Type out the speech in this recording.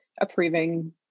approving